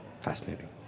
fascinating